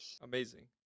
Amazing